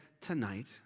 tonight